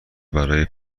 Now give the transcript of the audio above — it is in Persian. برای